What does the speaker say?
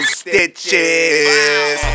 stitches